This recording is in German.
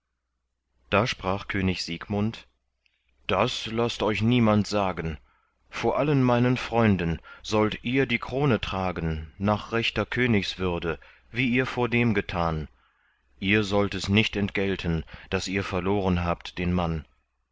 da sprach könig siegmund das laßt euch niemand sagen vor allen meinen freunden sollt ihr die krone tragen nach rechter königswürde wie ihr vordem getan ihr sollt es nicht entgelten daß ihr verloren habt den mann